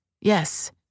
Yes